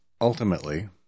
ultimately